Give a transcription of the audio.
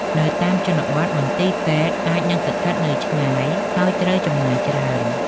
នៅតាមជនបទ មន្ទីរពេទ្យអាចនឹងស្ថិតនៅឆ្ងាយ ហើយត្រូវចំណាយច្រើន។